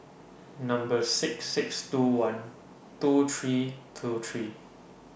Number six six two one two three two three